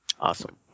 Awesome